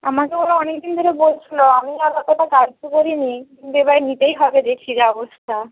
আমাকে ওরা অনেক দিন ধরে বলছিলো আমি আর অতোটা গ্রাহ্য করি নি কিন্তু এবারে নিতেই হবে দেখছি যা অবস্থা